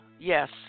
yes